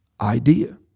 idea